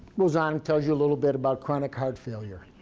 goes on, tells you a little bit about chronic heart failure.